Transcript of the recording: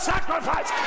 sacrifice